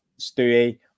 Stewie